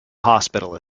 hospital